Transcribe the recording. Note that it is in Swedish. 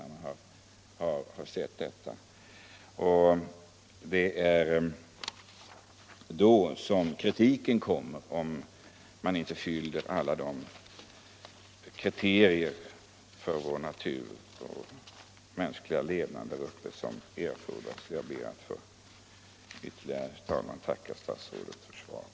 Det är då som kritiken kommer, om man inte uppfyller alla de kriterier som erfordras för naturen och den mänskliga levnaden där uppe. Jag ber att ytterligare få tacka statsrådet för svaret.